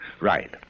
Right